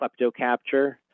Kleptocapture